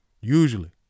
usually